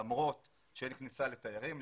למרות שאין כניסה לתיירים,